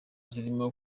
zirimo